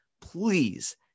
please